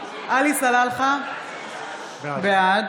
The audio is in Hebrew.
עלי סלאלחה, בעד